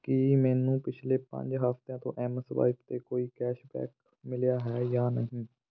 ਕੀ ਮੈਨੂੰ ਪਿਛਲੇ ਪੰਜ ਹਫਤਿਆਂ ਤੋਂ ਐੱਮਸਵਾਇਪ 'ਤੇ ਕੋਈ ਕੈਸ਼ਬੈਕ ਮਿਲਿਆ ਹੈ ਜਾਂ ਨਹੀਂ